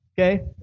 okay